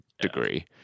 degree